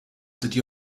dydy